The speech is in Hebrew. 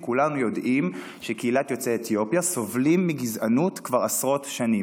כולנו יודעים שקהילת יוצאי אתיופיה סובלת מגזענות כבר עשרות שנים.